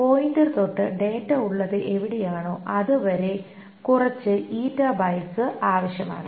pointer തൊട്ട് data ഉള്ളത് എവിടെയാണോ അത് വരെ കുറച്ച ഈറ്റ ബൈറ്റ്സ് ആവശ്യമാണ്